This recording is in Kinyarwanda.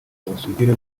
ubusugire